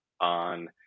on